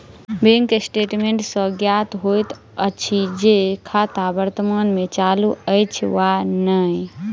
bank statement सॅ ज्ञात होइत अछि जे खाता वर्तमान मे चालू अछि वा नै